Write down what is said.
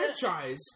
franchise